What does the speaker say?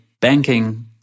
banking